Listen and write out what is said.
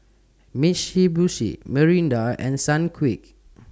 Mitsubishi Mirinda and Sunquick